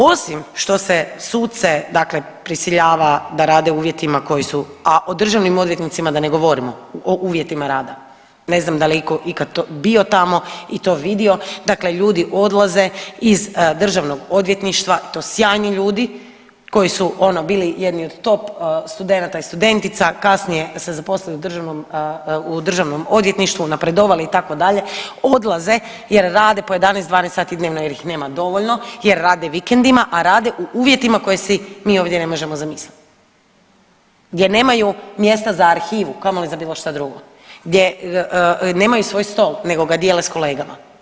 Osim što se suce dakle prisiljava da rade u uvjetima koji su, a o državnim odvjetnicima da ne govorimo o uvjetima rada, ne znam da li je iko ikad bio tamo i to vidio, dakle ljudi odlaze iz državnog odvjetništva i to sjajni ljudi koji su ono bili jedni od top studenata i studentica kasnije se zaposlili u državnom odvjetništvu, napredovali itd., odlaze jer rade po 11, 12 sati dnevno jer ih nema dovoljno jer rade vikendima, a rade u uvjetima koji si mi ovdje ne možemo zamisliti, gdje nemaju mjesta za arhivu, a kamoli za bilo što drugo, gdje nemaju svoj stol nego ga dijele s kolegama.